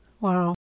Wow